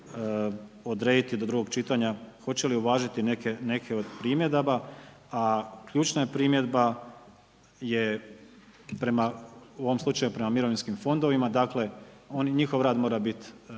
odrediti do drugog čitanja, hoće li uvažiti neke od primjedaba, a ključna je primjedba je prema, u ovom slučaju prema mirovinskim fondovima, dakle oni, njihov rad mora biti